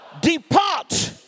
depart